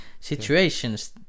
situations